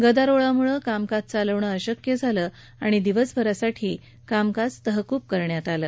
गदारोळामुळं कामकाज चालवणं अशक्य झालं आणि दिवसभरासाठी कामकाज तहकूब करण्यात आलं